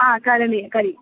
हा करणीयं करि